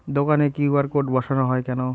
দোকানে QR code বসানো হয় কেন?